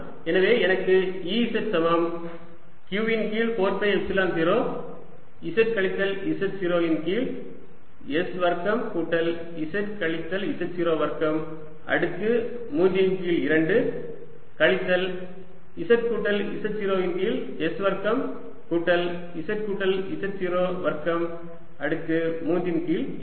எனவே எனக்கு Ez சமம் q இன் கீழ் 4 பை எப்சிலன் 0 z கழித்தல் z0 இன் கீழ் s வர்க்கம் கூட்டல் z கழித்தல் z0 வர்க்கம் அடுக்கு 3 இன் கீழ் 2 கழித்தல் z கூட்டல் z0 இன் கீழ் s வர்க்கம் கூட்டல் z கூட்டல் z0 வர்க்கம் அடுக்கு 3 இன் கீழ் 2